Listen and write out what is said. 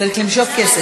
צריך למשוך כסף.